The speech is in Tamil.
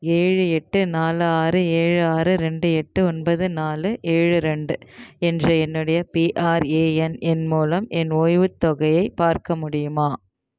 ஏழு எட்டு நாலு ஆறு ஏழு ஆறு ரெண்டு எட்டு ஒன்பது நாலு ஏழு ரெண்டு என்ற என்னுடைய பிஆர்ஏஎன் எண் மூலம் என் ஓய்வு தொகையை பார்க்க முடியுமா